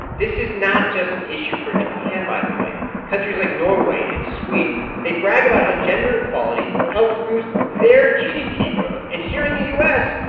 this is not just an issue for japan, by the way. countries like norway and sweden they brag about how gender equality helped boost their gdp growth. and here in the u s,